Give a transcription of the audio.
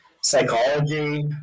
psychology